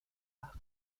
bach